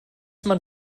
man